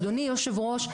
אדוני יושב הראש,